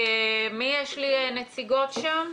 מי יש לי נציגות שם?